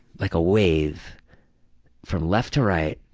like a wave from left to right,